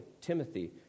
Timothy